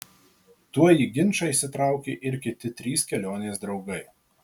tuoj į ginčą įsitraukė ir kiti trys kelionės draugai